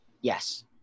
Yes